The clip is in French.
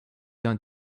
d’un